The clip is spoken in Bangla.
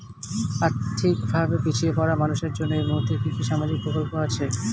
আর্থিক ভাবে পিছিয়ে পড়া মানুষের জন্য এই মুহূর্তে কি কি সামাজিক প্রকল্প আছে?